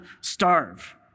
starve